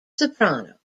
soprano